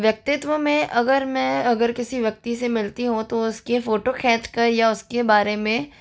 व्यक्तित्व में अगर मैं अगर किसी व्यक्ति से मिलती हूँ तो उसके फ़ोटो खींच कर या उसके बारे में